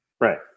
Right